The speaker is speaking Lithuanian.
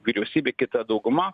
vyriausybė kita dauguma